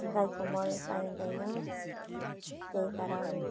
गाईको मल पाइँदैन त्यही कारण